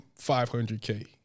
500k